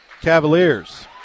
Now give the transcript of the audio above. Cavaliers